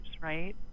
right